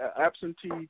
absentee